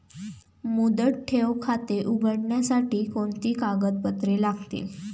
मुदत ठेव खाते उघडण्यासाठी कोणती कागदपत्रे लागतील?